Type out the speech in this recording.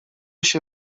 się